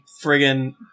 friggin